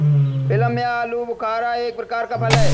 plum या आलूबुखारा एक प्रकार का फल है